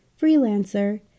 freelancer